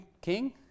king